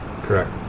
Correct